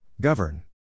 Govern